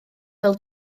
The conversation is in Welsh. fel